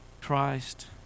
Christ